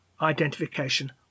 identification